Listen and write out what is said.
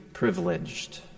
privileged